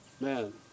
Man